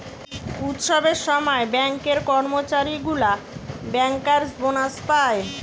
উৎসবের সময় ব্যাঙ্কের কর্মচারী গুলা বেঙ্কার্স বোনাস পায়